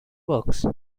works